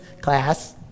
class